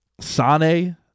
Sane